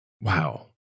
Wow